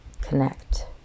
connect